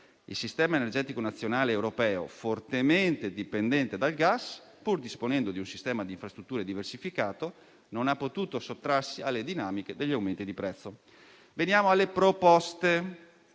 Il sistema energetico nazionale e europeo, fortemente dipendente dal gas, pur disponendo di un sistema di infrastrutture diversificato, non ha potuto sottrarsi alle dinamiche degli aumenti di prezzo. Veniamo alle proposte.